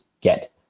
get